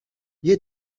you